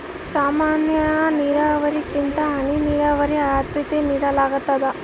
ಸಾಮಾನ್ಯ ನೇರಾವರಿಗಿಂತ ಹನಿ ನೇರಾವರಿಗೆ ಆದ್ಯತೆ ನೇಡಲಾಗ್ತದ